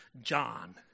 John